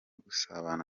gusabana